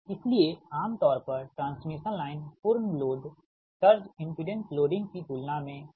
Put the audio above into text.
इसलिए आमतौर पर ट्रांसमिशन लाइन पूर्ण लोड इमपिडेंस लोडिंग की तुलना में बहुत अधिक है